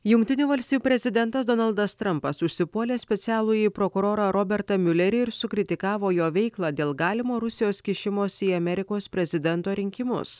jungtinių valstijų prezidentas donaldas trampas užsipuolė specialųjį prokurorą robertą miulerį ir sukritikavo jo veiklą dėl galimo rusijos kišimosi į amerikos prezidento rinkimus